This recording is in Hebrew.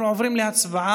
אנחנו עוברים להצבעה.